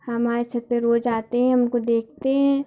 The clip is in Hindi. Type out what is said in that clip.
हमारे छत पे रोज़ आते हैं हम उनको देखते हैं